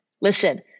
Listen